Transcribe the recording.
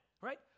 Right